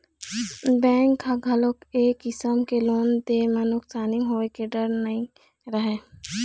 bank ह घलोक ए किसम के लोन दे म नुकसानी होए के डर नइ रहय